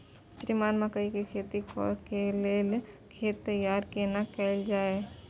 श्रीमान मकई के खेती कॉर के लेल खेत तैयार केना कैल जाए?